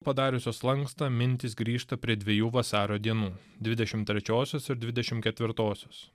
padariusios lankstą mintys grįžta prie dviejų vasario dienų dvidešimt trečiosios ir dvidešimt ketvirtosios